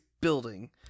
building